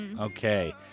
okay